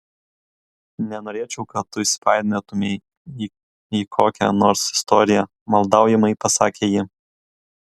nenorėčiau kad tu įsipainiotumei į į kokią nors istoriją maldaujamai pasakė ji